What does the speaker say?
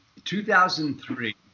2003